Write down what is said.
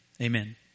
Amen